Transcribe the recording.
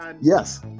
Yes